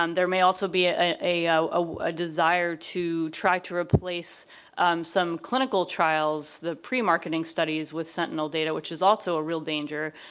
um there may also be ah a a desire to try to replace some clinical trials the pre-marketing studies with sentinel data which is also a real danger.